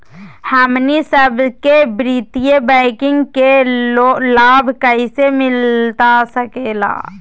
हमनी सबके वित्तीय बैंकिंग के लाभ कैसे मिलता सके ला?